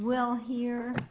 well here